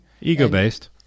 ego-based